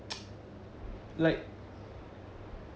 like